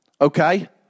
okay